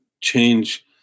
change